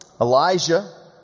Elijah